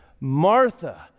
Martha